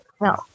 No